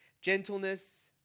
Gentleness